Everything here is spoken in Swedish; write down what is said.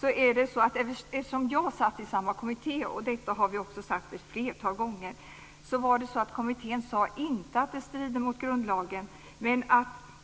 Detta har vi sagt ett flertal gånger: Eftersom jag satt i samma kommitté vet jag att kommittén inte sade att detta strider mot grundlagen, men